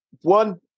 one